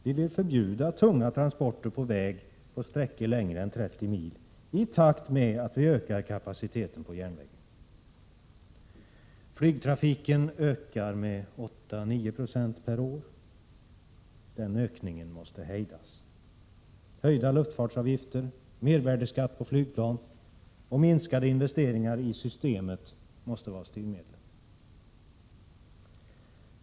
Vi vill förbjuda tunga transporter på väg på sträckor längre än 30 mil i takt med att vi ökar kapaciteten på järnvägen. Flygtrafiken ökar med 8-9 96 per år. Den ökningen måste hejdas. Höjda luftfartsavgifter, mervärdeskatt på flygplan och minskade investeringar i systemet måste vara styrmedlen.